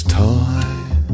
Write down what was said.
time